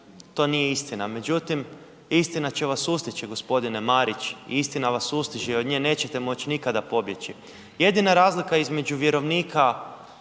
to nije istina. Međutim, istina će vas sustići gospodine Marić i istina vas sustiže i od nje nećete moći nikada pobjeći. Jedina razlika vjerovnika